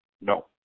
No